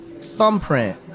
thumbprint